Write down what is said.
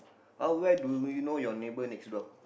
how well do you know your neighbour next door